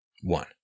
one